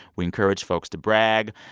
we encourage folks to brag.